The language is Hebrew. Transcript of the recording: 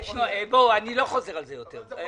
חוזר על זה יותר.